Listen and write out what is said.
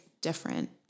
different